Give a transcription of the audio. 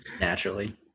naturally